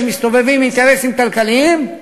שמסתובבים אינטרסים כלכליים,